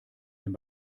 dem